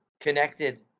connected